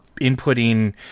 inputting